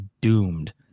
doomed